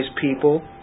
people